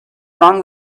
wrong